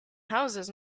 houses